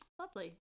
lovely